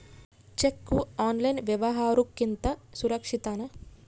Cheque online ವ್ಯವಹಾರುಕ್ಕಿಂತ ಸುರಕ್ಷಿತನಾ?